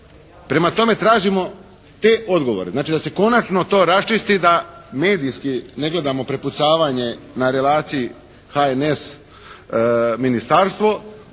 Prema tome, tražimo te odgovore, znači da se konačno to raščisti da medijski ne gledamo prepucavanje na relaciji HNS – ministarstvo